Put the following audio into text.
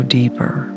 deeper